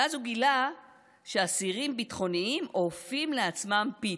ואז הוא גילה שאסירים ביטחוניים אופים לעצמם פיתות.